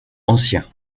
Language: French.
anciens